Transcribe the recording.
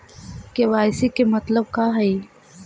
KYC के मतलब का हई?